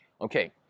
Okay